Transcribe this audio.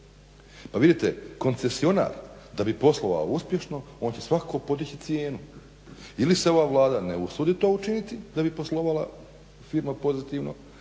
Pa vidite koncesionar da bi poslovao uspješno on će svakako podići cijenu ili se ova Vlada ne usudi to učiniti da bi poslovala firma pozitivno